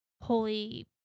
holy